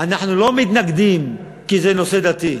אנחנו לא מתנגדים כי זה נושא דתי,